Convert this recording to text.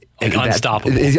unstoppable